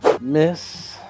Miss